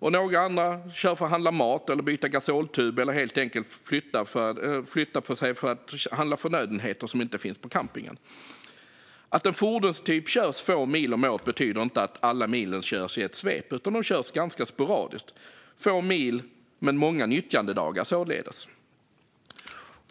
Andra kör för att handla mat, byta gasoltub eller helt enkelt handla förnödenheter som inte finns på campingen. Att en fordonstyp körs få mil om året betyder inte att alla mil körs i ett svep, utan de kan köras ganska sporadiskt. Det är således få mil men många nyttjandedagar.